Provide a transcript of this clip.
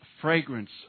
fragrance